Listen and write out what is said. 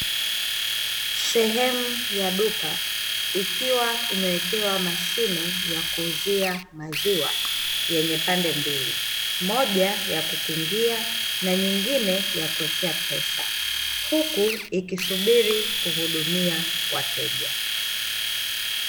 Sehemju ya duka ikiwa imewekewa mashine ya kuuzia maziwa yenye pande mbili, moja ya kukingia na nyingine ya kuwekea pesa huku ikisubiri kuhudumia wateja.